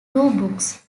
books